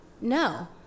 No